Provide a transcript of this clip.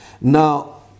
Now